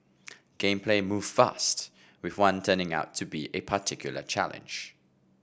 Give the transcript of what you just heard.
game play moved fast with one turning out to be a particular challenge